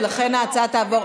ולכן ההצעה תעבור,